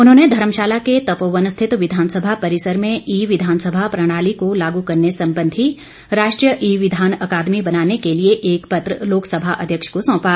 उन्होंने धर्मशाला के तपोवन स्थित विधानसभा परिसर में ई विधानसभा प्रणाली को लागू करने संबंधी राष्ट्रीय ई विधान अकादमी बनाने के लिए एक पत्र लोकसभा अध्यक्ष को सौंपा